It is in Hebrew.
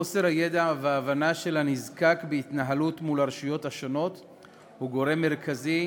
חוסר הידע וההבנה של הנזקק בהתנהלות מול הרשויות הוא גורם מרכזי,